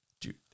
Dude